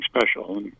special